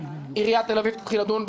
עיריית תל אביב תתחיל לדון,